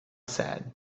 said